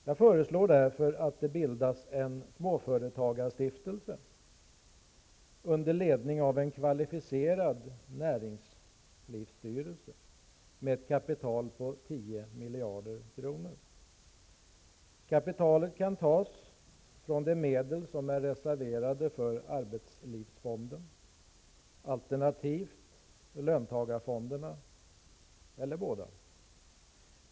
Jag föreslår därför att det bildas en ''småföretagarstiftelse'' under ledning av en kvalificerad näringslivsstyrelse, med ett kapital på 10 miljarder kronor Kapitalet kan tas från de medel som är reserverade för arbetslivsfonden, alternativt löntagarfonderna, eller bådadera.